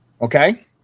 okay